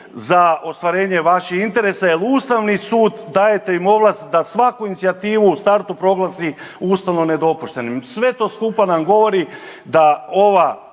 za ostvarenje vaših interesa jer Ustavni sud dajete im ovlast da svaku inicijativu u startu proglasi ustavno nedopuštenim. Sve to skupa nam govori da ova,